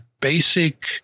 basic